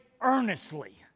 earnestly